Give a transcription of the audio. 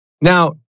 Now